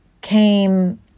came